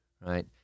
Right